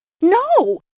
No